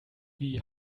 wie